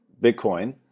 bitcoin